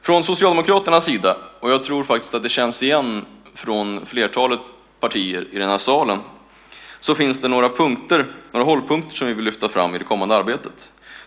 Från Socialdemokraternas sida - det känns igen hos flertalet partier i salen - finns det några hållpunkter vi vill lyfta fram i det kommande arbetet.